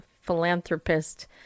philanthropist